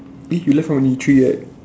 eh you left only three right